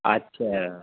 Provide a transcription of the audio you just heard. اچھا